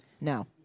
No